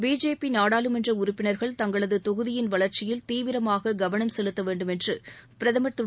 BJP நாடாளுமன்ற உறுப்பினர்கள் தங்களது தொகுதியின் வளர்ச்சியில் தீவிரமாக கவனம் செலுத்த வேண்டுமென்று பிரதமர் திரு